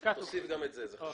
תוסיף גם את זה, זה חשוב.